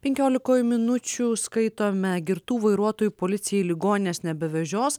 penkiolikoj minučių skaitome girtų vairuotojų policija į ligonines nebevežios